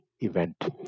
event